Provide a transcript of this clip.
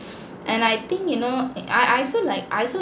and I think you know I I also like I also